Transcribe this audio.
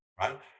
right